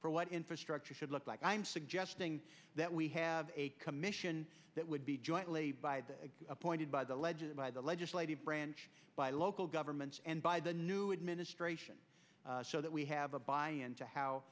for what infrastructure should look like i'm suggesting that we have a commission that would be jointly by the appointed by the ledges by the legislative branch by local governments and by the new administration so that we have a buy in to how